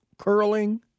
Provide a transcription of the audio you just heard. Curling